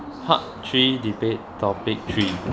part three debate topic three